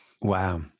Wow